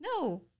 No